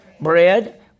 bread